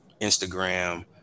Instagram